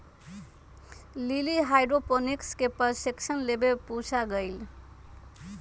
lily hydroponics के प्रशिक्षण लेवे पूसा गईलय